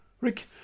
Rick